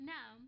Now